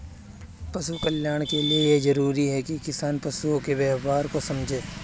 पशु कल्याण के लिए यह जरूरी है कि किसान पशुओं के व्यवहार को समझे